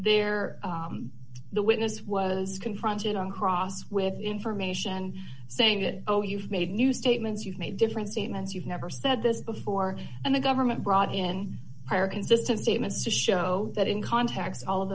there the witness was confronted on cross with information saying that oh you've made new statements you've made different statements you've never said this before and the government brought in prior consists of statements to show that in context all of